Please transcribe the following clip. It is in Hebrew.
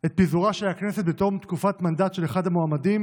את פיזורה של הכנסת בתום תקופת מנדט של אחד המועמדים,